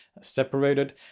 separated